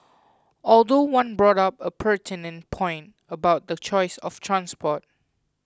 although one brought up a pertinent point about the choice of transport